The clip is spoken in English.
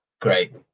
great